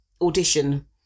audition